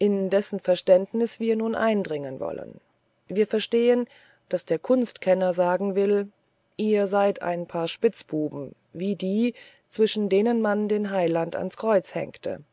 in dessen verständnis wir nun eindringen wollen wir verstehen daß der kunstkenner sagen will ihr seid ein paar spitzbuben wie die zwischen denen man den heiland ans kreuz hängte